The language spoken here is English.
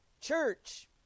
Church